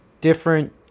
different